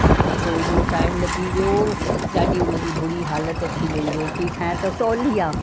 न पुछो हेॾो टाइम लॻी वियो ॾाढी हुन ॾींहुं बुरी हालति थी वेई रोटी ठाहिण त सहुली आहे